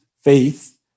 faith